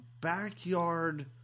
backyard